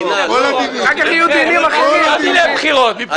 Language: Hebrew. לא דיני הבחירות.